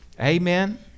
amen